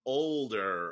older